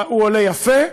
הוא עולה יפה,